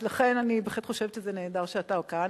אז לכן אני בהחלט חושבת שזה נהדר שאתה כאן.